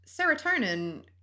serotonin